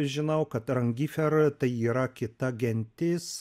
žinau kad rangifer tai yra kita gentis